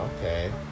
okay